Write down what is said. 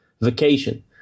vacation